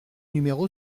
numéro